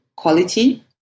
quality